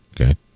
okay